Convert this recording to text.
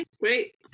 Wait